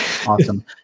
Awesome